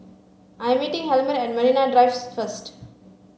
I am meeting Helmer at Marine Drive first